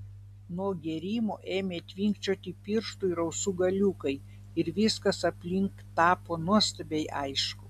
nuo gėrimo ėmė tvinkčioti pirštų ir ausų galiukai ir viskas aplink tapo nuostabiai aišku